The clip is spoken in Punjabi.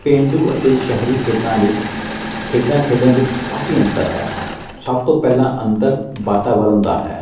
ਪੇਂਡੂ ਅਤੇ ਸ਼ਹਿਰੀ ਖੇਤਰਾਂ ਵਿੱਚ ਖੇਡਾਂ ਖੇਡਣ ਵਿੱਚ ਕਾਫੀ ਅੰਤਰ ਹੈ ਸਭ ਤੋਂ ਪਹਿਲਾਂ ਅੰਤਰ ਵਾਤਾਵਰਨ ਦਾ ਹੈ